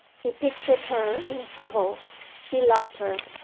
he pictured her in trouble he loved her.